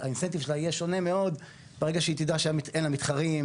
האינסנטיב שלה יהיה שונה מאוד ברגע שהיא תדע שאין לה מתחרים,